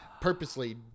purposely